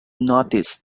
noticed